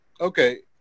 Okay